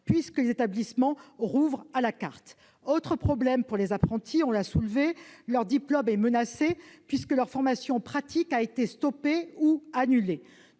puisque ces établissements rouvrent à la carte. Autre problème pour les apprentis, cela a été indiqué : leur diplôme est menacé, puisque leur formation pratique a été stoppée ou annulée.